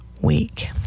week